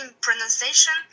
pronunciation